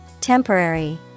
Temporary